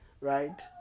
right